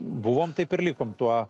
buvom taip ir likom tuo